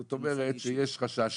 זאת אומרת שיש חשש,